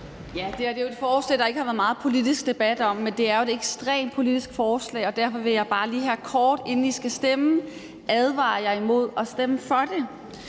Det her er jo et forslag, der ikke har været meget politisk debat om, men det er et ekstremt politisk forslag, og derfor vil jeg bare lige her kort, inden I skal stemme, advare jer imod at stemme for det.